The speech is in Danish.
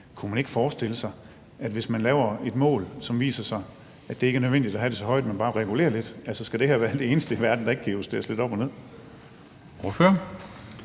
Kunne man ikke forestille sig, hvis man laver et mål, hvor det viser sig, at det ikke er nødvendigt at have det så højt, at man bare regulerer lidt? Altså, skal det her være det eneste i verden, der ikke kan justeres lidt op og ned?